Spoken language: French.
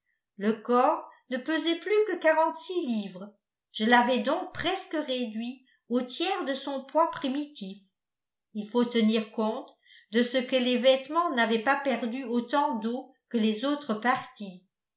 le corps ne pesait plus que quarante-six livres je l'avais donc presque réduit au tiers de son poids primitif il faut tenir compte de ce que les vêtements n'avaient pas perdu autant d'eau que les autres parties